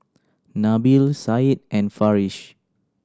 Nabil Said and Farish